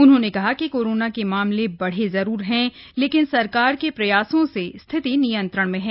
उन्होंने कहा कि कोरोना के मामले बढ़े जरूर हैं लेकिन सरकार के प्रयासों से स्थिति नियंत्रण में है